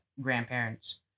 grandparents